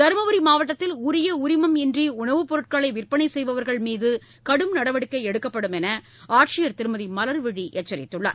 தருமபுரி மாவட்டத்தில் உரியஉரிமம் இன்றிஉணவு பொருட்களைவிற்பனைசெய்பவர்கள் மீதுகடும் நடவடிக்கைஎடுக்கப்படும் என்றுஆட்சியர் திருமதிமலர்விழிஎச்சரித்துள்ளார்